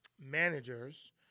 Managers